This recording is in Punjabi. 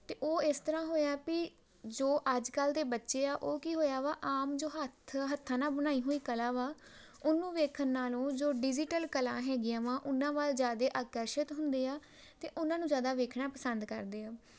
ਅਤੇ ਉਹ ਇਸ ਤਰ੍ਹਾਂ ਹੋਇਆ ਵੀ ਜੋ ਅੱਜ ਕੱਲ੍ਹ ਦੇ ਬੱਚੇ ਆ ਉਹ ਕੀ ਹੋਇਆ ਵਾ ਆਮ ਜੋ ਹੱਧ ਹੱਥਾਂ ਨਾਲ ਬਣਾਈ ਹੋਈ ਕਲਾ ਵਾ ਉਹਨੂੰ ਵੇਖਣ ਨਾਲ ਨੂੰ ਜੋ ਡਿਜੀਟਲ ਕਲਾ ਹੈਗੀਆਂ ਵਾ ਉਹਨਾਂ ਵੱਲ ਜ਼ਿਆਦਾ ਆਕਰਸ਼ਿਤ ਹੁੰਦੇ ਆ ਅਤੇ ਉਹਨਾਂ ਨੂੰ ਜ਼ਿਆਦਾ ਵੇਖਣਾ ਪਸੰਦ ਕਰਦੇ ਆ